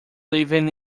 living